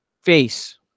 face